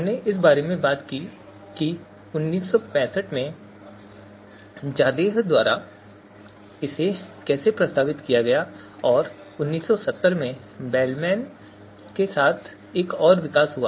हमने इस बारे में बात की कि 1965 में ज़ादेह द्वारा इसे कैसे प्रस्तावित किया गया और फिर 1970 में बेलमैन ने इसे और विकसित किया